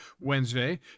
Wednesday